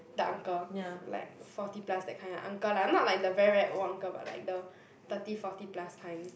the uncle like forty plus that kind of uncle lah not like the very very old uncle but like the thirty forty plus kind